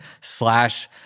slash